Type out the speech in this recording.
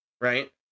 right